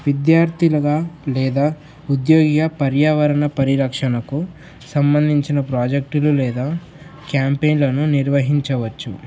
విద్యార్థులుగా లేదా ఉద్య పర్యావరణ పరిరక్షణకు సంబంధించిన ప్రాజెక్టులు లేదా క్యాంపైయిన్లను నిర్వహించవచ్చు